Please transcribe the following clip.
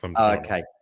Okay